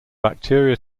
bacteria